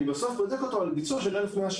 אני בודק אותו על ביצוע של 1,100 שעות,